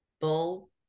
bull